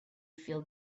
feel